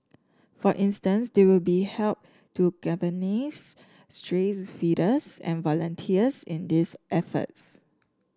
for instance they will be help to galvanise stray feeders and volunteers in these efforts